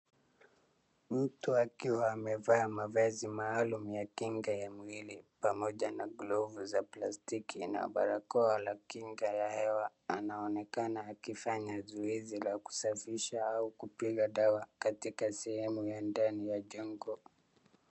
Mtu akiwa amevaa mavazi maalum ya kinga ya mwili pamoja na glovu za plastiki na barakoa la kinga ya hewa anaonekana akifanya zoezi la kusafisha au kupiga dawa katika sehemu ya ndani ya jengo.